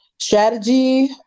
strategy